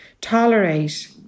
tolerate